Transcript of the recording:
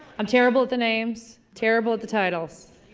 i'm terrible at the names. terrible at the titles.